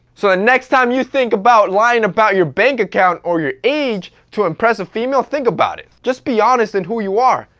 so ah next time you think about lying about your bank account or your age to impress a female, think about it. just be honest in who you are.